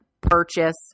purchase